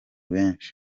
benshi